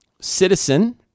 Citizen